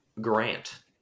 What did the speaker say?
grant